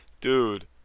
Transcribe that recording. Dude